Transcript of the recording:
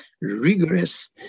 rigorous